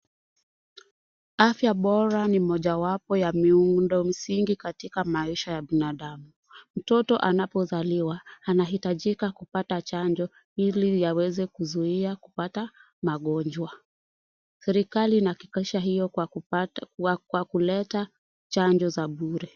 Afya bora ni mojawapo ya miundo msingi katika maisha ya binadamu ,mtoto anapozaliwa anaitajika kupata chanjo ili aweze kuzuia nkupata magonjwa, serikali inahakikisha hiyo kwa kuleta chanjo za bure .